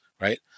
right